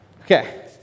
Okay